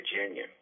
Virginia